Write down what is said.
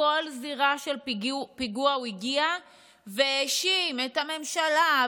לכל זירה של פיגוע הוא הגיע והאשים את הממשלה,